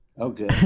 Okay